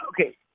okay